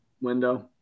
window